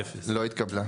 0 ההסתייגות לא התקבלה.